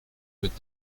with